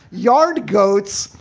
yard goats,